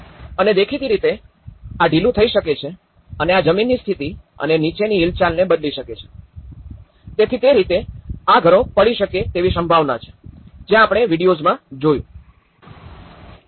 અને દેખીતી રીતે આ ઢીલું થઈ શકે છે અને આ જમીનની સ્થિતિ અને નીચેની હિલચાલને બદલી શકે છે તેથી તે રીતે આ ઘરો પડી શકે તેવી સંભાવના છે જે આપણે વિડિઓઝ માં જોયું છે